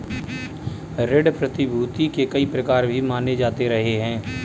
ऋण प्रतिभूती के कई प्रकार भी माने जाते रहे हैं